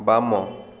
ବାମ